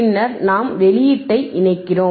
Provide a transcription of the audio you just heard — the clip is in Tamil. பின்னர் நாம் வெளியீட்டை இணைக்கிறோம்